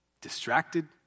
distracted